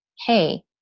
Hey